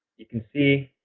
you can see